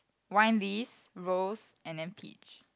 wine lees rose and then peach